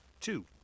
two